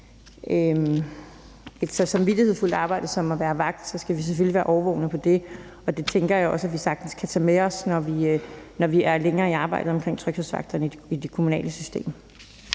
et så ansvarsfuldt arbejde som at være vagt, skal vi selvfølgelig være årvågne over for det. Det tænker jeg også at vi sagtens kan tage med os, når vi er længere i arbejdet omkring tryghedsvagterne i det kommunale system.